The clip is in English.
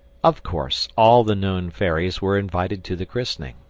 of course all the known fairies were invited to the christening.